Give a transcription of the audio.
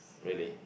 really